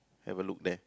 have a look there